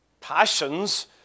Passions